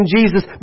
Jesus